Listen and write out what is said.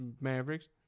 Mavericks